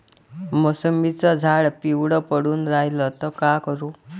मोसंबीचं झाड पिवळं पडून रायलं त का करू?